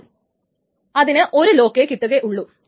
അപ്പോൾ അതിന് ഒരു ലോക്കേ കിട്ടുകയുള്ളു